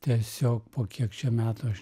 tiesiog po kiek čia metų aš